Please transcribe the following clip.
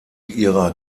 ihrer